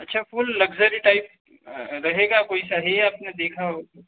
अच्छा कुल luxury type रहेगा कोई सा है आपने देखा हो